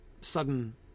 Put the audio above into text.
sudden